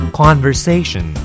conversation